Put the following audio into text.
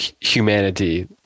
humanity